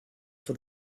for